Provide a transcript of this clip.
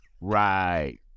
Right